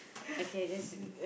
okay that's uh